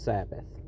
Sabbath